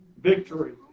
Victory